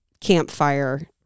campfire